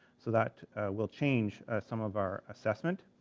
so that will change some of our assessment,